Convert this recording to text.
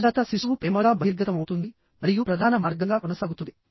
నవజాత శిశువు ప్రేమగా బహిర్గతమవుతుంది మరియు ప్రధాన మార్గంగా కొనసాగుతుంది